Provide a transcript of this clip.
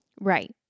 Right